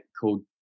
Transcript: called